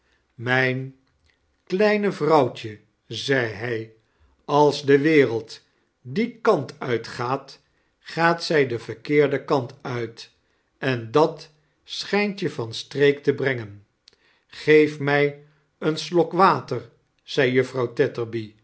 mijn kleine vrouwtje zei hij als de wereld dien kant uitgaat gaat zij den verkeerden kant uit en dat schijnt je van streek te brengen geef mij een slok water zei juffrouw